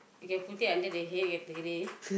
you can put it under the